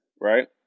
right